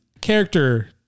character